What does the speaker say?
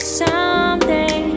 someday